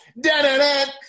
da-da-da